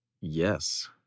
yes